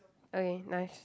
okay nice